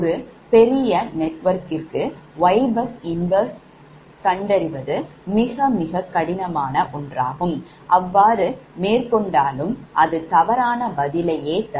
ஒரு பெரிய நெட்வொர்க்கிற்குYbus 1 கண்டறிவது மிக மிக கடினமான ஒன்றாகும் அவ்வாறு மேற்கொண்டாலும் அது தவறான பதிலையே தரும்